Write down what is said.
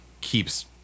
keeps